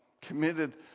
committed